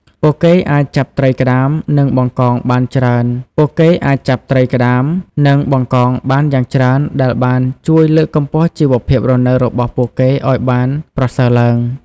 ពួកគេអាចចាប់ត្រីក្តាម និងបង្កងបានយ៉ាងច្រើនដែលបានជួយលើកកម្ពស់ជីវភាពរស់នៅរបស់ពួកគេឲ្យបានប្រសើរឡើង។